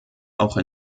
auch